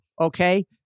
okay